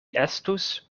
estus